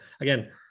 again